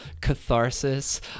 catharsis